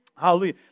Hallelujah